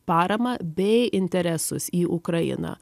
paramą bei interesus į ukrainą